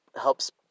helps